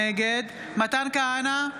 נגד מתן כהנא,